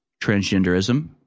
Transgenderism